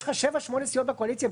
יש לך שבע-שמונה סיעות בקואליציה,